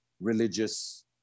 religious